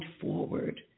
forward